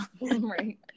Right